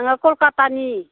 आङो कलकाटानि